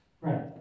Right